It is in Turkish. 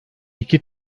i̇ki